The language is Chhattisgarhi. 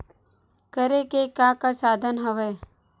करे के का का साधन हवय?